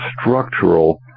structural